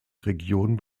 region